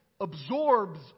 absorbs